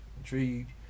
intrigued